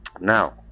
now